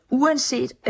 uanset